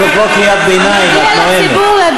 זו לא קריאת ביניים, את נואמת.